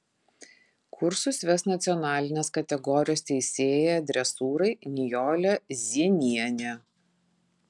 kursus ves nacionalinės kategorijos teisėja dresūrai nijolė zienienė